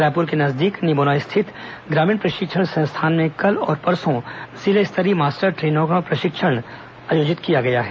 रायपुर के नजदीक निमोरा स्थित ग्रामीण प्रशिक्षण संस्थान में कल और परसों जिला स्तरीय मास्टर ट्रेनरों का प्रशिक्षण आयोजित किया गया है